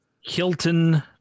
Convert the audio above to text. Hilton